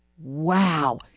wow